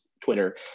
Twitter